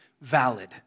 valid